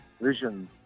vision